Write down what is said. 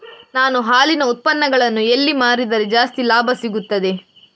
ನಾನು ಹಾಲಿನ ಉತ್ಪನ್ನಗಳನ್ನು ಎಲ್ಲಿ ಮಾರಿದರೆ ಜಾಸ್ತಿ ಲಾಭ ಸಿಗುತ್ತದೆ?